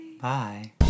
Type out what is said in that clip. Bye